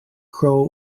crow